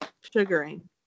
sugaring